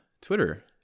Twitter